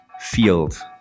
field